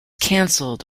cancelled